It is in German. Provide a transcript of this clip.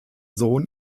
sohn